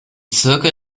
zirkel